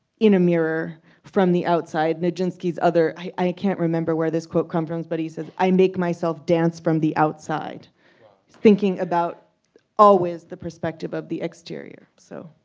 in a mirror from the outside nijinsky's other i can't remember where this quote come from but he says i make myself dance from the outside thinking about always the perspective of the exterior so.